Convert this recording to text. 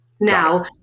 Now